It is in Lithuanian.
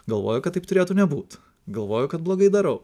galvoju kad taip turėtų nebūt galvoju kad blogai darau